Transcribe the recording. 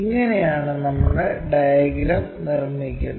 ഇങ്ങനെയാണ് നമ്മുടെ ഡയഗ്രം നിർമ്മിക്കുന്നത്